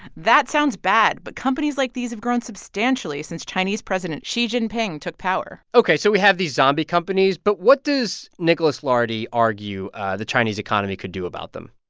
that sounds bad, but companies like these have grown substantially since chinese president xi jinping took power ok. so we have these zombie companies, but what does nicholas lardy argue the chinese economy could do about them?